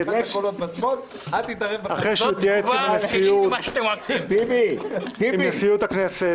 אחרי שהוא התייעץ עם נשיאות הכנסת.